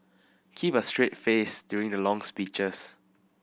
keep a straight face during the long speeches